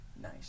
Nice